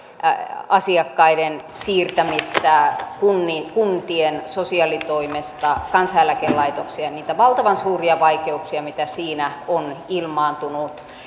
asiakkaiden siirtämistä kuntien kuntien sosiaalitoimesta kansaneläkelaitokseen ja niitä valtavan suuria vaikeuksia mitä siinä on ilmaantunut